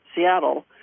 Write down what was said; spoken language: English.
Seattle